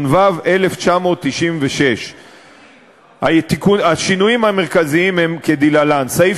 התשנ"ו 1996. השינויים המרכזיים הם כדלהלן: סעיף